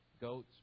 goats